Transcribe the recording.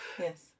Yes